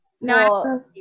No